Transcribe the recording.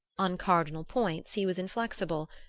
on cardinal points he was inflexible,